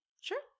Sure